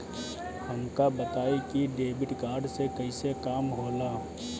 हमका बताई कि डेबिट कार्ड से कईसे काम होला?